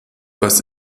was